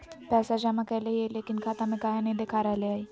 पैसा जमा कैले हिअई, लेकिन खाता में काहे नई देखा रहले हई?